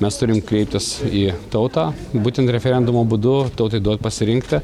mes turim kreiptis į tautą būtent referendumo būdu tautai duot pasirinkti